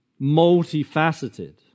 multifaceted